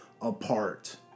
apart